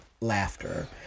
laughter